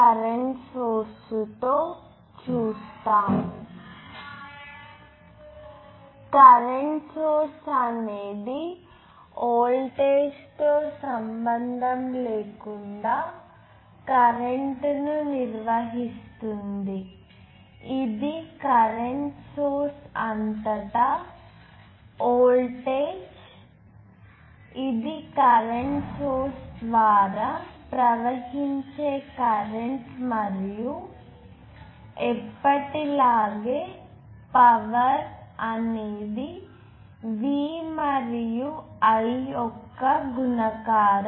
current source అనేది వోల్టేజ్తో సంబంధం లేకుండా కరెంట్ను నిర్వహిస్తుంది ఇది కరెంట్ సోర్స్ అంతటా వోల్టేజ్ ఇది కరెంట్ సోర్స్ ద్వారా ప్రవహించే కరెంట్ మరియు ఎప్పటిలాగే పవర్ అనేది V మరియు I యొక్క గుణకారం